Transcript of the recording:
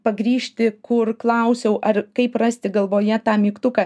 pagrįžti kur klausiau ar kaip rasti galvoje tą mygtuką